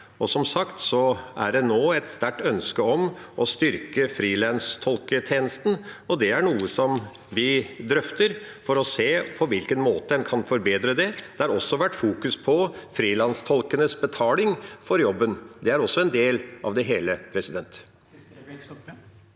Som sagt er det nå et sterkt ønske om å styrke frilanstolketjenesten, og det er noe vi drøfter for å se på hvilken måte en kan forbedre det. Det har også vært fokusert på frilanstolkenes betaling for jobben. Det er også en del av det hele. Aleksander